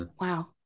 Wow